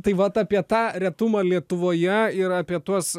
tai vat apie tą retumą lietuvoje ir apie tuos